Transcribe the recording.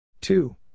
two